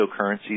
cryptocurrencies